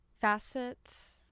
facets